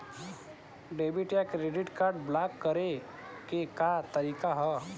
Debit या credit card block करे के का तरीका ह?